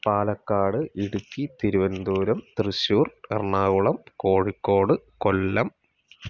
Palakkad Idukki Thiruvananthapuram Thrissur Ernakulam Kozhikode Kollam